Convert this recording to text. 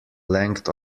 length